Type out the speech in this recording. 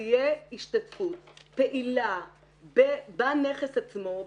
שתהיה השתתפות פעילה בנכס עצמו,